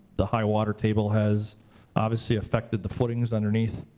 the high water table has obviously affected the footings underneath.